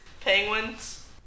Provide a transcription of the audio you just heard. penguins